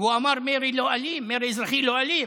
והוא אמר: מרי לא אלים, מרי אזרחי לא אלים,